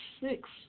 six